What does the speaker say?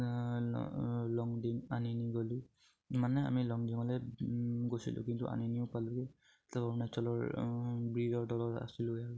লং ding আনিনি গ'লোঁ মানে আমি লং ডিঙলে গৈছিলোঁ কিন্তু আনিনিও পালোঁ অৰুণাচলৰ ব্ৰিজৰ তলত আছিলোঁ আৰু